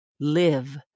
live